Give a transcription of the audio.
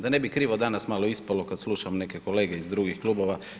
Da ne bi krivo danas malo ispalo kad slušam neke kolege iz drugih klubova.